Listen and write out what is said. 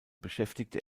beschäftigte